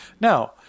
Now